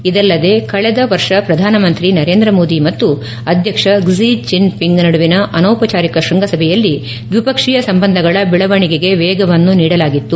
ಇದಲ್ಲದೆ ಕಳೆದ ವರ್ಷ ಪ್ರಧಾನಮಂತ್ರಿ ನರೇಂದ್ರ ಮೋದಿ ಮತ್ತು ಅಧ್ಯಕ್ಷ ಕ್ಷಿ ಜಿನ್ ಪಿಂಗ್ ನಡುವಿನ ಅನೌಪಚಾರಿಕ ಶ್ವಂಗಸಭೆಯಲ್ಲಿ ದ್ವಿಪಕ್ಷೀಯ ಸಂಬಂಧಗಳ ಬೆಳವಣಿಗೆಗೆ ವೇಗವನ್ನು ನೀಡಲಾಗಿತ್ತು